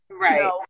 Right